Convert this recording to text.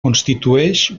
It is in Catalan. constitueix